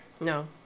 No